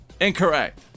Incorrect